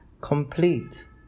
complete